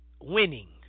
winning